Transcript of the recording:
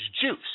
juice